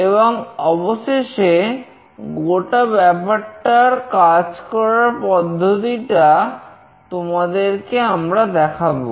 এবং অবশেষে গোটা ব্যাপারটার কাজ করার পদ্ধতিটা তোমাদেরকে আমরা দেখাবো